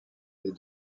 des